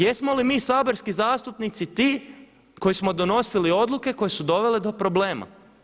Jesmo li mi saborski zastupnici ti koji smo donosili odluke koje su dovele do problema?